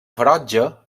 ferotge